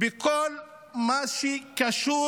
בכל מה שקשור